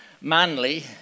Manly